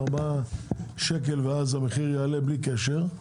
מה שגורר שהמחיר עולה בלי קשר,